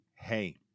hey